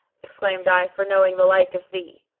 exclaimed i, for knowing the like of thee.